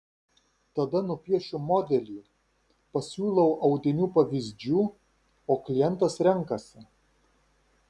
tada nupiešiu modelį pasiūlau audinių pavyzdžių o klientas renkasi